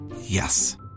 Yes